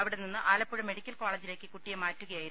അവിടെ നിന്ന് ആലപ്പുഴ മെഡിക്കൽ കോളേജിലേക്ക് കുട്ടിയെ മാറ്റുകയായിരുന്നു